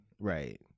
Right